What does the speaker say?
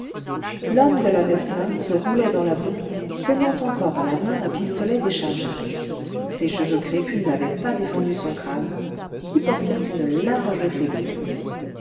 l'homme de la meslin se roulait dans la boue tenant encore à la main un pistolet déchargé ses cheveux crépus n'avaient pas défendu son crâne qui portait une lage